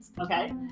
Okay